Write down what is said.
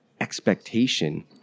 expectation